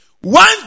One